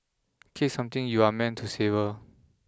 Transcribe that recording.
cake is something you are meant to savour